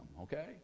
Okay